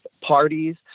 parties